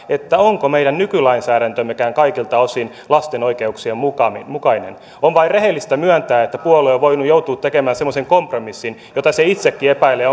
onko meidän nykylainsäädäntömmekään kaikilta osin lasten oikeuksien mukainen on vain rehellistä myöntää että puolue on voinut joutua tekemään semmoisen kompromissin josta se itsekin epäilee